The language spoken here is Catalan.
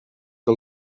que